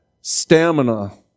stamina